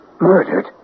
Murdered